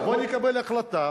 בוא נקבל החלטה